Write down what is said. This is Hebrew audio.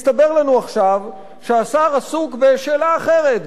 מסתבר לנו עכשיו שהשר עסוק בשאלה אחרת,